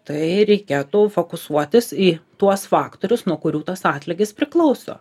tai reikėtų fokusuotis į tuos faktorius nuo kurių tas atlygis priklauso